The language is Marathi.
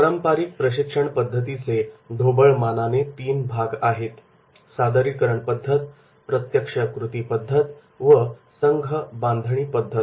पारंपारिक प्रशिक्षणपद्धतीचे ढोबळमानाने तीन भाग आहेत सादरीकरण पद्धत प्रत्यक्ष कृती पद्धत व संघ बांधणी पद्धत